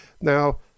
Now